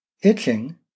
itching